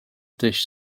dish